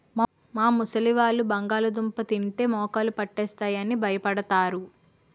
మా ముసలివాళ్ళు బంగాళదుంప తింటే మోకాళ్ళు పట్టేస్తాయి అని భయపడతారు